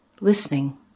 listening